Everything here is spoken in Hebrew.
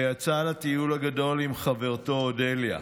ויצא לטיול הגדול עם חברתו אודליה.